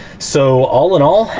so all in all,